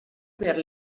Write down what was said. per